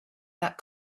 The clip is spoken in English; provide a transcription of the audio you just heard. that